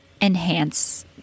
enhance